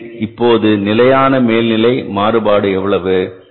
எனவே இப்போது நிலையான மேல் நிலை மாறுபாடு எவ்வளவு